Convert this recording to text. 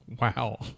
Wow